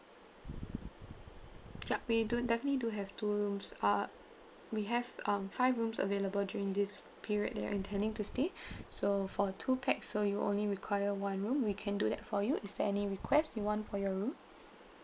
yup we do definitely do have two rooms uh we have um five rooms available during this period that you're intending to stay so for two pax so you only require one room we can do that for you is there any requests you want for your room